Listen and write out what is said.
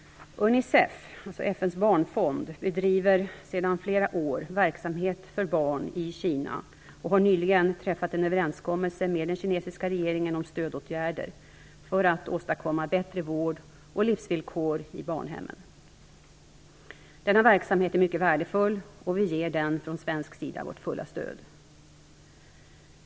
Unicef, dvs. FN:s barnfond, bedriver sedan flera år verksamhet för barn i Kina och har nyligen träffat en överenskommelse med den kinesiska regeringen om stödåtgärder för att åstadkomma bättre vård och livsvillkor i barnhemmen. Denna verksamhet är mycket värdefull, och vi ger den från svensk sida vårt fulla stöd.